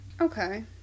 Okay